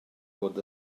bod